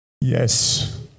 Yes